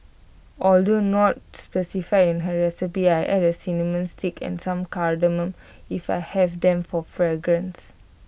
although not specified in her recipe I add A cinnamon stick and some cardamom if I have them for fragrance